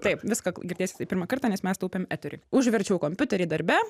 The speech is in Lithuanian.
taip viską girdės jisai pirmą kartą nes mes taupėm eterį užverčiau kompiuterį darbe